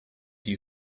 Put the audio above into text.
you